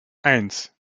eins